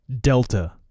Delta